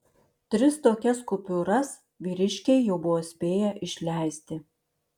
tris tokias kupiūras vyriškiai jau buvo spėję išleisti